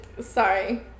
Sorry